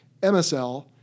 MSL